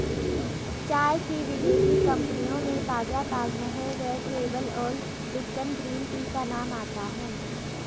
चाय की विदेशी कंपनियों में ताजा ताजमहल रेड लेबल और लिपटन ग्रीन टी का नाम आता है